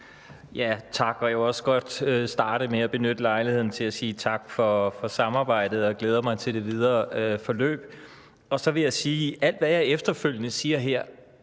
Tak. Jeg vil godt starte med at benytte lejligheden til at sige tak for samarbejdet og sige, at jeg glæder mig til det videre forløb. Så vil jeg sige, at alt, hvad jeg efterfølgende siger her,